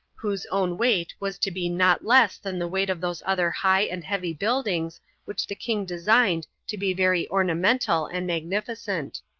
whose own weight was to be not less than the weight of those other high and heavy buildings which the king designed to be very ornamental and magnificent.